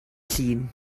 llun